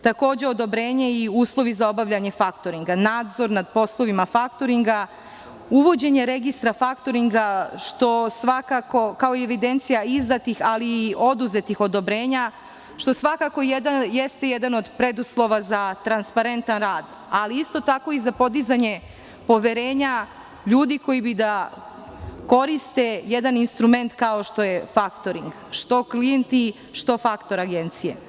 Takođe, odobrenje i uslovi za obavljanje faktoringa, nadzor nad poslovima faktoringa, uvođenje registra faktoringa, evidencija izdatih i oduzetih odobrenja, što svakako jeste jedan od preduslova za transparentan rad, ali isto tako i za podizanje poverenja ljudi koji bi da koriste jedan instrument kao što je faktoring, što klijenti što faktoring agencije.